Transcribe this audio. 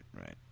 right